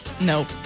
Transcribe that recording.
Nope